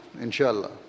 inshallah